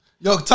Yo